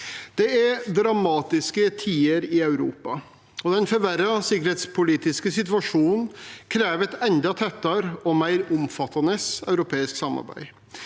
Det er dramatiske tider i Europa. Den forverrede sikkerhetspolitiske situasjonen krever et enda tettere og mer omfattende europeisk samarbeid.